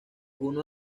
uno